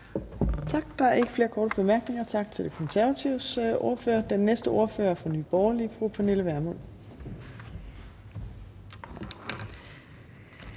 Torp): Der er ikke flere korte bemærkninger, så tak til De Konservatives ordfører. Den næste ordfører er fra Nye Borgerlige, og det er fru Pernille Vermund.